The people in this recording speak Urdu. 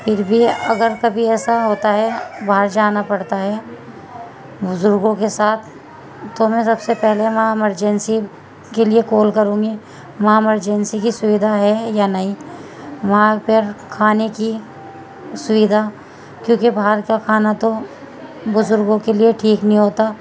پھر بھی اگر کبھی ایسا ہوتا ہے باہر جانا پڑتا ہے بزرگوں کے ساتھ تو میں سب سے پہلے وہاں ایمرجنسی کے لیے کال کروں گی وہاں ایمرجنسی کی سویدھا ہے یا نہیں وہاں پر کھانے کی سویدھا کیونکہ باہر کا کھانا تو بزرگوں کے لیے ٹھیک نہیں ہوتا